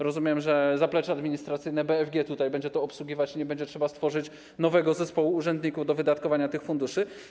Rozumiem, że zaplecze administracyjne BFG będzie to obsługiwać i nie będzie trzeba stworzyć nowego zespołu urzędników do wydatkowania tych funduszy.